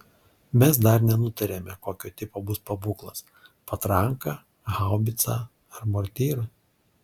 mes dar nenutarėme kokio tipo bus pabūklas patranka haubicą ar mortyra